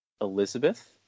Elizabeth